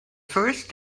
first